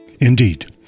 Indeed